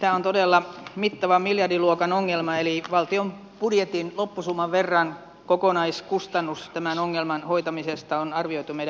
tämä on todella mittava miljardiluokan ongelma eli kokonaiskustannus tämän ongelman hoitamisesta on arvioitu olevan valtion budjetin loppusumman verran meidän mietinnössämme